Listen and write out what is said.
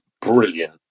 brilliant